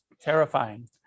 terrifying